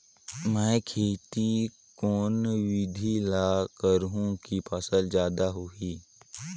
मै खेती कोन बिधी ल करहु कि फसल जादा होही